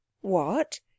What